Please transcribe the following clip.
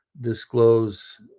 disclose